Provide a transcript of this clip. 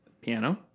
Piano